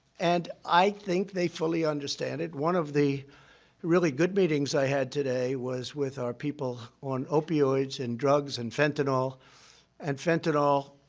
and i think they fully understand it. one of the really good meetings i had today was with our people on opioids and drugs and fentanyl and fentanyl,